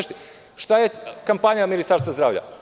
Šta je kampanja Ministarstvo zdravlja?